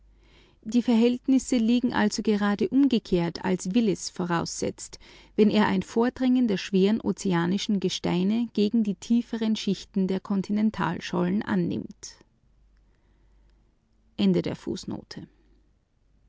die verhältnisse liegen gerade umgekehrt als willis voraussetzt wenn er ein vordringen der schweren ozeanischen gesteine gegen die tieferen schichten der kontinentalschollen annimmt